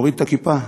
להוריד את הכיפה.